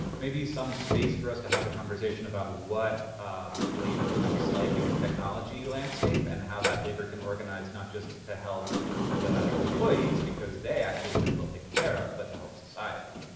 maybe some space for us to have a conversation about what labor looks like in the technology landscape and how that labor can organize not just to help the employees, because they actually are pretty well taken care of, but to help society.